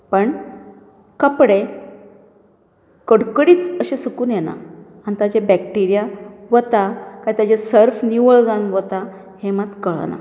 पण कपडे कडकडीत अशे सुकून येना आनी ताजे बँक्टेरिया वता कांय ताजें सर्फ निवळ जावन वता हें मात कळना